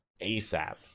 ASAP